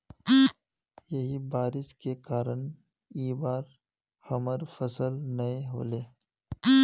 यही बारिश के कारण इ बार हमर फसल नय होले?